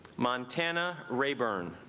montana rayburn